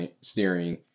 steering